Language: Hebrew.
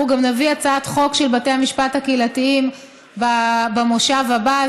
אנחנו גם נביא הצעת חוק של בתי המשפט הקהילתיים במושב הבא.